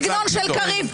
צייצנית, וקשקשנית וגזענית.